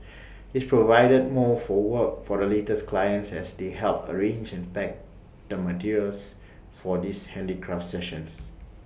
this provided more for work for the latter's clients as they helped arrange and pack the materials for these handicraft sessions